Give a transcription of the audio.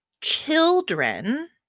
children